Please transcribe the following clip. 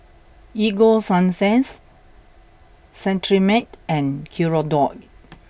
Ego Sunsense Cetrimide and Hirudoid